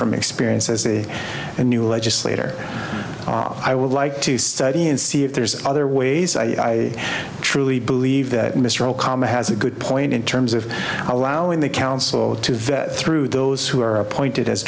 from experience as a a new legislator i would like to study and see if there's other ways i truly believe that mr okama has a good point in terms of allowing the council to vet through those who are appointed as